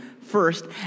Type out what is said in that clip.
first